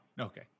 Okay